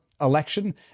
election